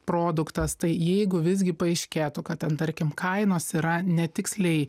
produktas tai jeigu visgi paaiškėtų kad ten tarkim kainos yra netiksliai